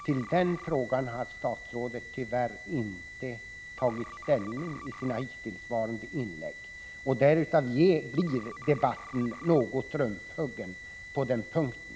Till den frågan har statsrådet tyvärr inte tagit ställning i sina hittillsvarande inlägg, och därav blir debatten något rumphuggen på den punkten.